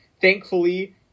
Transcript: Thankfully